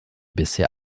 bisher